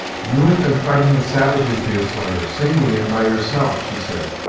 you have been fighting the savages, deerslayer, singly and by yourself! she said.